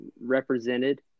represented